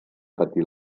patir